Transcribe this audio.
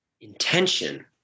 intention